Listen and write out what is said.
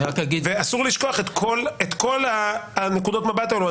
אסור לשכוח את כל נקודות המבט האלו.